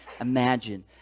imagine